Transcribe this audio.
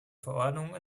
verordnung